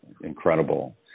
incredible